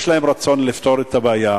יש להם רצון לפתור את הבעיה,